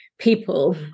people